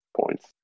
points